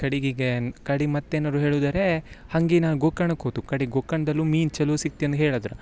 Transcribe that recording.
ಕಡೆಗೆ ಈಗ ಕಡೆಗೆ ಮತ್ತೇನಾರು ಹೇಳುದರೇ ಹಾಗೆ ನಾ ಗೋಕರ್ಣಕ್ಕೆ ಹೋತು ಕಡೆಗೆ ಗೋಕರ್ಣ್ದಲು ಮೀನು ಚಲೋ ಸಿಕ್ತ್ಯನ್ ಹೇಳದ್ರೆ